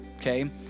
Okay